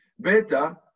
Beta